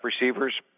receivers